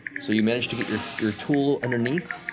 so you manage to get your your tool underneath,